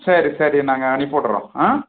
சரி சரி நாங்கள் அனுப்பி விடறோம்